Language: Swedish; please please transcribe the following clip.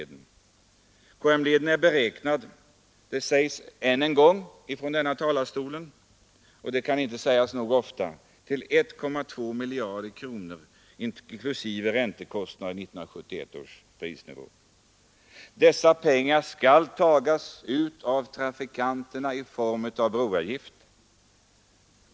Denna led är beräknad — och det sägs än en gång från denna talarstol och kan inte sägas nog ofta — till 1,2 miljarder kronor inklusive räntekostnader i 1971 års prisnivå. Dessa pengar skall tagas ut av trafikanterna i form av en broavgift.